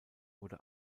wurde